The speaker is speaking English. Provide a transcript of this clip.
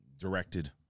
directed